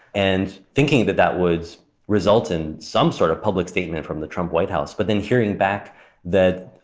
and thinking that that would result in some sort of public statement from the trump white house, but then hearing back that,